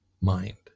mind